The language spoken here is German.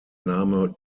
name